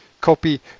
Copy